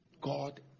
God